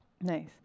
Nice